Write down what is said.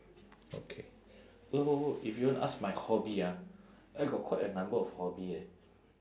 okay so if you want ask my hobby ah I got quite a number of hobby eh